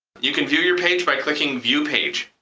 you can view your page by clicking view page.